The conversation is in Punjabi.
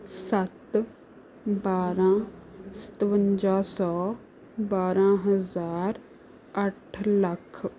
ਸੱਤ ਬਾਰਾਂ ਸਤਵੰਜਾ ਸੌ ਬਾਰਾਂ ਹਜ਼ਾਰ ਅੱਠ ਲੱਖ